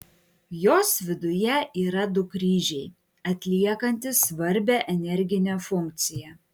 jos viduje yra du kryžiai atliekantys svarbią energinę funkciją